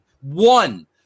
one